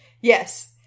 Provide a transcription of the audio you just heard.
Yes